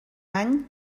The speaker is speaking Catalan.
any